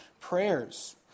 prayers